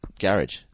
garage